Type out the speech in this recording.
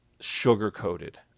sugar-coated